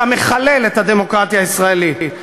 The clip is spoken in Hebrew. אתה מחלל את הדמוקרטיה הישראלית.